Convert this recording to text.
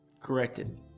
corrected